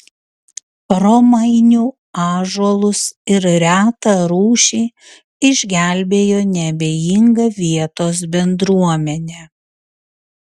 romainių ąžuolus ir retą rūšį išgelbėjo neabejinga vietos bendruomenė